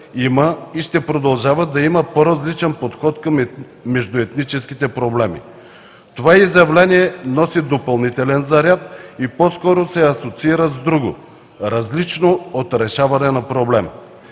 и ще продължава да има по-различен подход към междуетническите проблеми. Това изявление носи допълнителен заряд и по-скоро се асоциира с друго, различно от решаване на проблема.